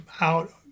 out